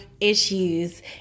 issues